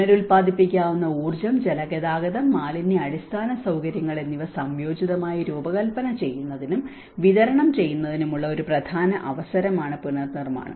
പുനരുൽപ്പാദിപ്പിക്കാവുന്ന ഊർജ്ജം ജലഗതാഗതം മാലിന്യ അടിസ്ഥാന സൌകര്യങ്ങൾ എന്നിവ സംയോജിതമായി രൂപകൽപ്പന ചെയ്യുന്നതിനും വിതരണം ചെയ്യുന്നതിനുമുള്ള ഒരു പ്രധാന അവസരമാണ് പുനർനിർമ്മാണം